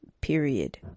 Period